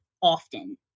often